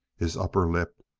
his upper lip,